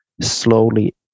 slowly